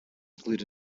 include